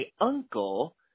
uncle